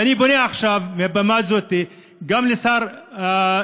ואני פונה עכשיו מעל הבמה הזאת גם לשר האוצר,